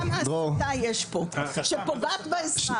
כי אז נראה כמה הסתה יש פה שפוגעת באזרח.